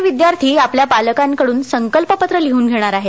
हे विद्यार्थी आपल्या पालकांकडून संकल्पपत्र लिहून घेणार आहेत